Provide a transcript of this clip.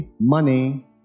money